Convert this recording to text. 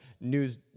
news